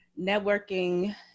networking